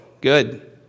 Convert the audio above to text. good